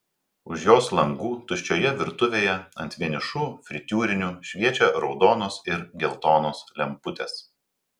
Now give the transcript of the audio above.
už jos langų tuščioje virtuvėje ant vienišų fritiūrinių šviečia raudonos ir geltonos lemputės